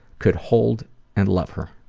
could hold and love her.